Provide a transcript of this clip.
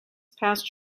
past